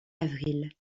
avril